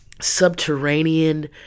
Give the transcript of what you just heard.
subterranean